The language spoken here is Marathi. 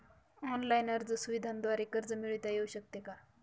ऑनलाईन अर्ज सुविधांद्वारे कर्ज मिळविता येऊ शकते का?